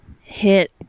hit